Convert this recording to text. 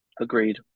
Agreed